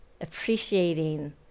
appreciating